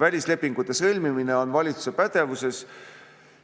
välislepingute sõlmimine on valitsuse pädevuses